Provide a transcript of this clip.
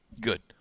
Good